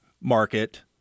market